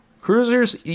Cruisers